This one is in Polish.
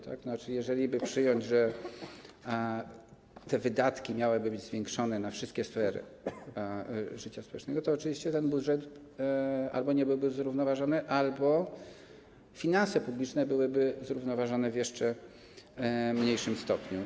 To znaczy, jeżeliby przyjąć, że wydatki miałyby być zwiększone na wszystkie sfery życia społecznego, to oczywiście albo budżet nie byłby zrównoważony, albo finanse publiczne byłyby zrównoważone w jeszcze mniejszym stopniu.